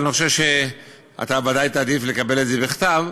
אבל אני חושב שאתה ודאי תעדיף לקבל את זה בכתב.